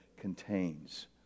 contains